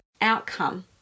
outcome